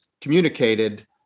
communicated